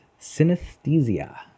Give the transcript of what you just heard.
synesthesia